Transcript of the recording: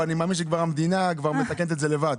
אבל אני מאמין שהמדינה כבר תתקן את זה לבד.